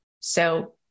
So-